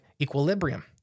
equilibrium